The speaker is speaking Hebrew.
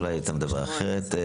אולי היית מדבר אחרת.